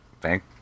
Thank